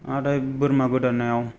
नाथाय बोरमा गोदानायाव